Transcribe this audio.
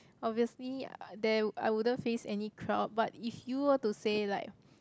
obviously there I wouldn't face any crowd but if you were to say like